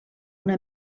una